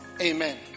Amen